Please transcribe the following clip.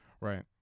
right